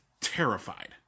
terrified